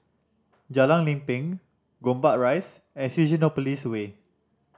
Jalan Lempeng Gombak Rise and Fusionopolis Way